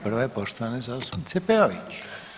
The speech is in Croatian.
Prva je poštovane zastupnice Peović.